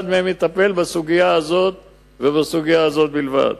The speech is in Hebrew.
אחד מהם יטפל בסוגיה הזאת ובסוגיה הזאת בלבד.